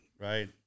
right –